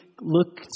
look